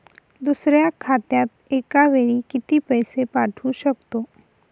दुसऱ्या खात्यात एका वेळी किती पैसे पाठवू शकतो?